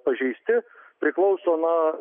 pažeisti priklauso nuo